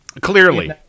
clearly